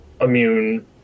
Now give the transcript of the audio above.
immune